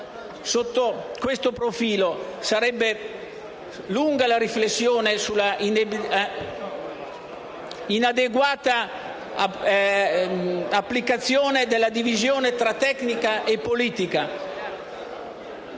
Sotto questo profilo, sarebbe lunga la riflessione sull'inadeguata applicazione della divisione tra tecnica e politica,